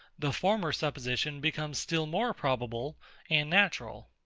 the former supposition becomes still more probable and natural.